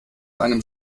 einem